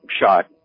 shot